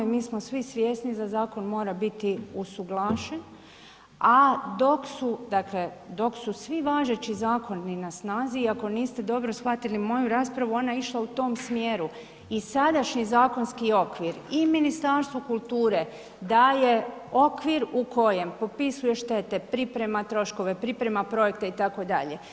Mi smo svi svjesni da zakon mora biti usuglašen, a dok su, dakle dok su svi važeći zakoni na snazi i ako niste dobro shvatili moju raspravu ona je išla u tom smjeru, i sadašnji zakonski okvir i Ministarstvo kulture daje okvir u kojem popisuje štete, priprema troškove, priprema projekte itd.